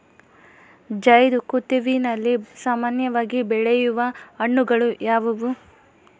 ಝೈಧ್ ಋತುವಿನಲ್ಲಿ ಸಾಮಾನ್ಯವಾಗಿ ಬೆಳೆಯುವ ಹಣ್ಣುಗಳು ಯಾವುವು?